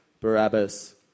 Barabbas